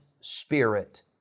spirit